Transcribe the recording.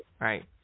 right